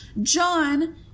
John